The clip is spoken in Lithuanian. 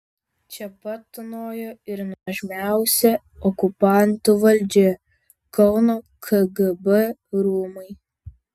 čia pat tūnojo ir nuožmiausia okupantų valdžia kauno kgb rūmai